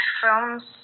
films